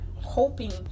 hoping